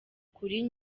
kuri